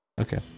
Okay